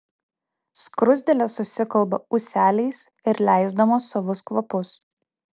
skruzdėlės susikalba ūseliais ir leisdamos savus kvapus